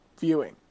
viewing